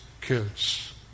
kids